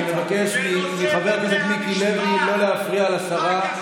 אני מבקש מחבר הכנסת מיקי לוי לא להפריע לשרה,